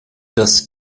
das